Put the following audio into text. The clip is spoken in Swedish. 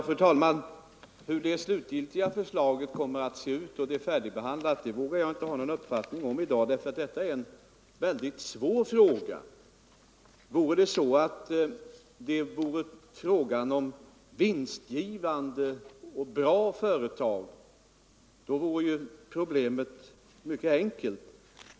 Fru talman! Hur det slutgiltiga förslaget kommer att se ut då det är färdigbehandlat vågar jag inte ha någon uppfattning om i dag. Detta är en väldigt svår fråga. Rörde det sig om vinstgivande och bra företag vore ju problemet mycket enkelt.